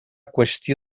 qüestió